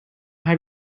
have